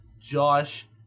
Josh